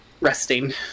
resting